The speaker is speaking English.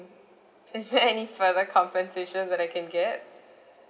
is there any further compensation that I can get